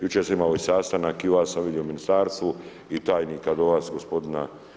Jučer ste imali sastanak i vas sam vidio u ministarstvu i tajnika do vas gospodina.